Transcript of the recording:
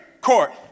court